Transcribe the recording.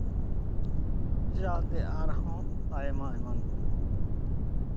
ᱪᱮᱫᱟᱜ ᱥᱮ ᱟᱨᱦᱚᱸ ᱟᱭᱢᱟ ᱮᱢᱟᱱ ᱠᱚ